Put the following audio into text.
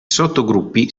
sottogruppi